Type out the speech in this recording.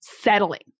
settling